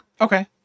Okay